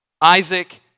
Isaac